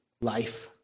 life